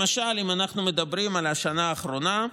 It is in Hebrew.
למשל, אם אנחנו מדברים על השנה האחרונה,